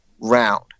round